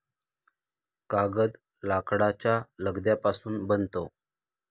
कागद लाकडाच्या लगद्यापासून बनतो